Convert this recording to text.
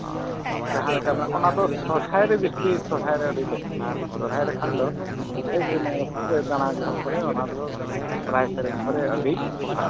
ᱟᱨ ᱡᱟᱦᱟᱸ ᱞᱮᱠᱟᱱᱟᱜ ᱚᱱᱟ ᱫᱚ ᱥᱚᱨᱦᱟᱭ ᱨᱮ ᱵᱮᱥᱤ ᱥᱚᱨᱦᱟᱭ ᱨᱮ ᱟᱹᱰᱤ ᱞᱟᱹᱠᱛᱤᱜᱼᱟ ᱥᱚᱨᱦᱟᱭ ᱨᱮ ᱠᱷᱟᱱ ᱫᱚ ᱠᱚᱭ ᱪᱩᱢᱟᱹᱲᱟ ᱫᱟᱲᱟᱭ ᱡᱚᱦᱚᱜ ᱠᱚᱨᱮ ᱚᱱᱟ ᱫᱚ ᱥᱚᱨᱦᱟᱭ ᱥᱮᱨᱮᱧ ᱠᱚᱨᱮᱜ ᱟᱹᱰᱤ ᱯᱚᱴᱟᱜᱼᱟ